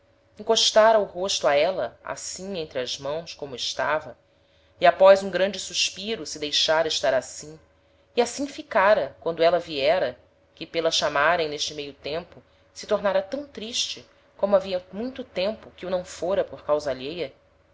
encostara o rosto a éla assim entre as mãos como estava e após um grande suspiro se deixara estar assim e assim ficara quando éla viera que pela chamarem n'este meio tempo se tornara tam triste como havia muito tempo que o não fôra por causa alheia